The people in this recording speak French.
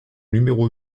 numéro